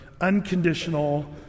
unconditional